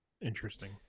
Interesting